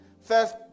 First